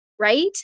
Right